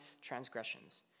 transgressions